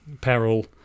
peril